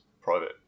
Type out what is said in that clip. private